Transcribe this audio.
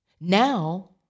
Now